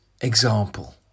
example